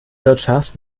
wirtschaft